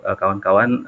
kawan-kawan